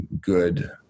good